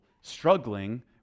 struggling